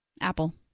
Apple